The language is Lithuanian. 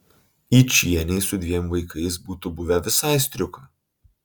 yčienei su dviem vaikais būtų buvę visai striuka